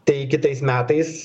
tai kitais metais